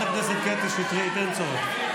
חברת הכנסת קטי שטרית, אין צורך.